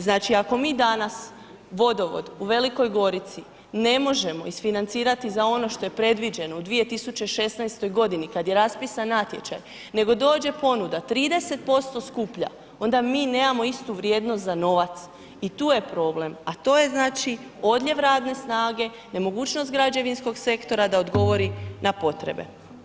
Znači, ako mi danas Vodovod u Velikoj Gorici ne možemo isfinancirati za ono što je predviđeno u 2016.g. kad je raspisan natječaj, nego dođe ponuda 30% skuplja, onda mi nemamo istu vrijednost za novac i tu je problem, a to je znači, odljev radne snage, nemogućnost građevinskog sektora da odgovori na potrebe.